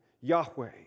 Yahweh